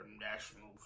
national